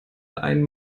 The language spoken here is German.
einen